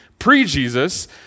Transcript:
pre-Jesus